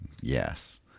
yes